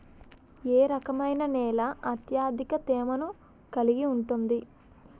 ఏ రకమైన నేల అత్యధిక తేమను కలిగి ఉంటుంది?